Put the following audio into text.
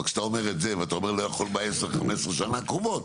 אבל כשאתה אומר את זה ואתה אומר לא יכול ב-10-15 שנים הקרובות,